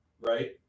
right